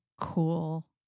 cool